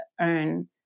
earn